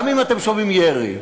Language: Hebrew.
גם אם אתם שומעים ירי,